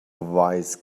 wise